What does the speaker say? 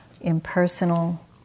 impersonal